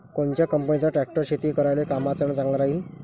कोनच्या कंपनीचा ट्रॅक्टर शेती करायले कामाचे अन चांगला राहीनं?